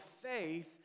faith